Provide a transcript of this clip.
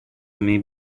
may